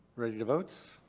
ready to vote?